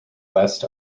west